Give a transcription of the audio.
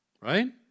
Right